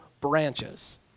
branches